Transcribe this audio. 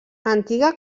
antiga